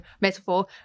metaphor